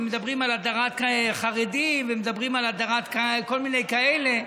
מדברים על הדרת חרדים ומדברים על הדרת כל מיני כאלה,